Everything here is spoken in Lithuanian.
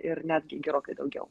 ir netgi gerokai daugiau